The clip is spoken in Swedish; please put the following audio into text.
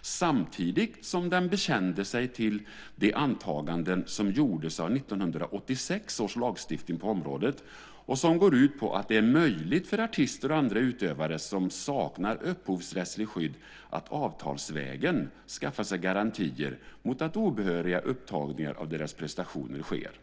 Samtidigt bekände den sig till de antaganden som gjordes av 1986 års lagstiftning på området och som går ut på att det är möjligt för artister och andra utövare som saknar upphovsrättsligt skydd att avtalsvägen skaffa sig garantier mot att obehöriga upptagningar av deras prestationer sker.